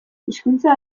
hizkuntza